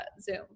zoom